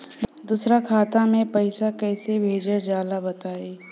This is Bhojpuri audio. दोसरा खाता में पईसा कइसे भेजल जाला बताई?